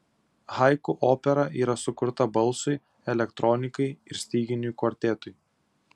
haiku opera yra sukurta balsui elektronikai ir styginių kvartetui